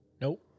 Nope